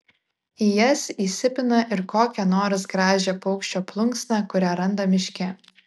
į jas įsipina ir kokią nors gražią paukščio plunksną kurią randa miške